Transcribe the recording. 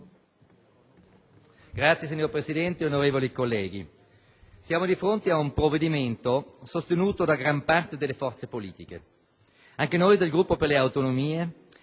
*(Aut)*. Signor Presidente, onorevoli colleghi, siamo di fronte a un provvedimento sostenuto da gran parte delle forze politiche. Anche noi del Gruppo per le autonomie,